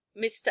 Mr